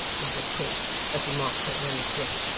muttered quilp as he marked her earnest look.